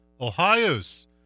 Ohio's